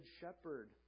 shepherd